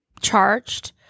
charged